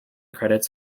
credits